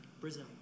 Brazil